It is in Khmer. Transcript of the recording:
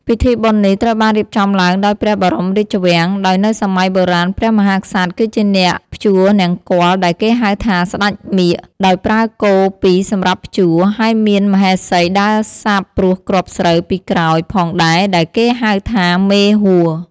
ពិធីបុណ្យនេះត្រូវបានរៀបចំឡើងដោយព្រះបរមរាជវាំង ដោយនៅសម័យបុរាណព្រះមហាក្សត្រគឺជាអ្នកភ្ជួរនង្គ័លដែលគេហៅថាសេ្ដចមាឃ ដោយប្រើគោ២សម្រាប់ភ្ជួរ ហើយមានមហេសីដើរសាបព្រួសគ្រាប់ស្រូវពីក្រោយផងដែរដែលគេហៅថាមេហួរ ។